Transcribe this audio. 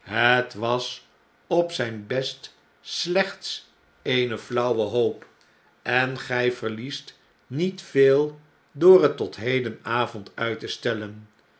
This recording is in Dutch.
het was op zyn best slechts eene flauwe hoop en gy verliest niet veel door het tot hedenavond uit te stellen